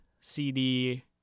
CD